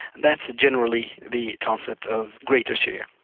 that's generally the concept of greater syria.